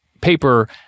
paper